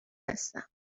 هستم